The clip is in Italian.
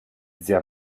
zia